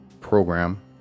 program